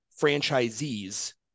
franchisee's